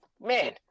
man